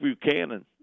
Buchanan